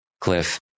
Cliff